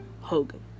Hogan